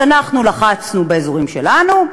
אז אנחנו לחצנו באזורים שלנו,